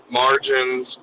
margins